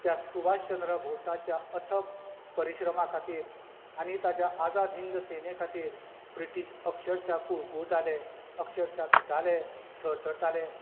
त्या सुभाष चंद्र भोसाच्या अथक परिश्रमा खातीर आनी ताच्या आजाद हिंद सेने खातीर ब्रिटीश अक्षरक्षा कुळकुळटाले अक्षरक्षा भिताले थरथरताले